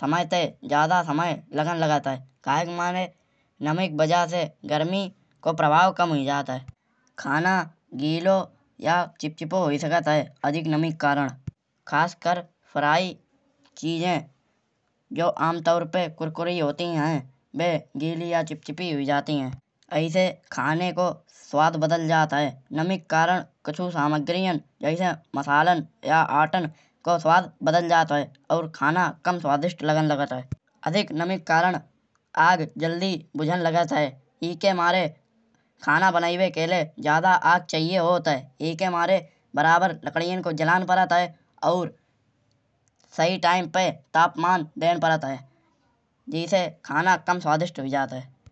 समय ते ज्यादा समय लगन लागत है। कहे मारे नमी की वजह से गर्मी को प्रभाव कम हुई जात है। खाना गीलो या चिपचिपो हुई सकत है। अधिक नमी के कारण। खासकर फ्राई चीजे जो आमतौर पे कुरकुरी होती हैं। वे गीली या चिचिपी हुई जाती हैं। ऐसे खाने को स्वाद बदल जात है। नमी के कारण कुछु सामग्रियां जैसे मसालन या अतान को स्वाद बदल जात है। और खाना कम स्वादिष्ट लगन लागत है। अधिक नमी के कारण आग जल्दी बुझन लागत है। ईके मारे खाना बनाइबे के लाए ज्यादा आग चाहीए होत है। ईके मारे बराबर लकड़ियां को जलान पड़त है। और सही टाइम पे तापमान देन पड़त है। जैसे खाना कम स्वादिष्ट हुई जात है।